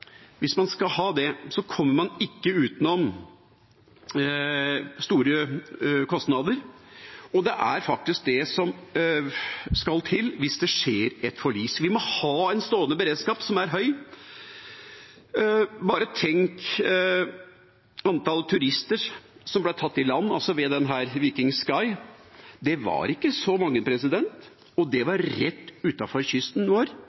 hvis man skal ha en stående, stor beredskap, kommer man ikke utenom store kostnader. Det er faktisk det som skal til hvis det skjer et forlis. Vi må ha en stående beredskap som er høy. Hvis man tenker på antall turister som ble tatt i land ved «Viking Sky»-ulykken, var det ikke så mange, og det var rett utenfor kysten vår,